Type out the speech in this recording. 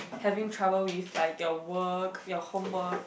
having trouble with like your work your homework